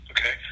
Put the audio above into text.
Okay